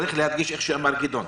כפי שאמר גדעון,